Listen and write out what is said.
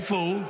איפה הוא?